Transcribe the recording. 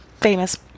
famous